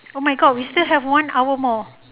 oh my god we still have one hour more